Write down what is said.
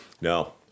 No